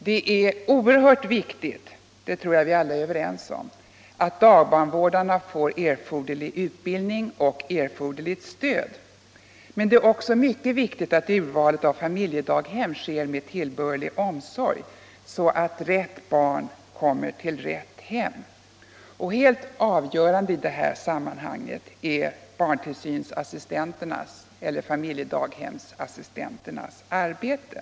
Det är oerhört betydelsefullt — detta tror jag att vi alla är överens om - att dagbarnvårdarna får erforderlig utbildning och erforderligt stöd. Det är också mycket viktigt att urvalet av familjedaghem sker med tillbörlig omsorg så att rätt barn kommer till rätt hem. Helt avgörande i det sammanhanget är barntillsynsassistentens eller familjedaghemsassistentens arbete.